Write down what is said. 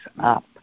up